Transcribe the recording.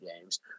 games